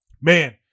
man